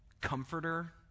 comforter